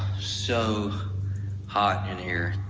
so hot in here.